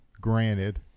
Granted